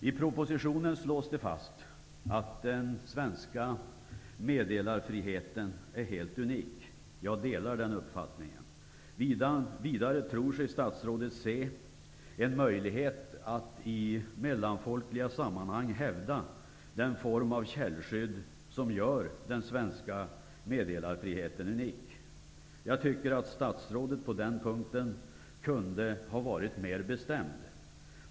I propositionen slås det fast att den svenska meddelarfriheten är helt unik. Jag delar den uppfattningen. Vidare tror sig statsrådet se en möjlighet att i mellanfolkliga sammanhang hävda den form av källskydd som gör den svenska meddelarfriheten unik. Jag tycker att statsrådet på den punkten kunde ha varit mer bestämd.